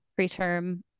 preterm